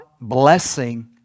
blessing